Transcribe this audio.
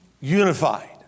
unified